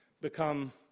become